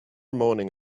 morning